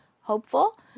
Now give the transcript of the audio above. hopeful